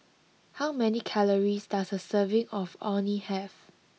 how many calories does a serving of Orh Nee have